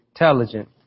intelligent